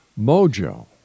Mojo